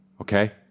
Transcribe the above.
okay